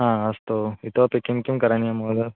हा अस्तु इतोपि किं किं करणीयं महोदय